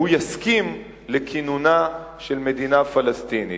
הוא יסכים לכינונה של מדינה פלסטינית.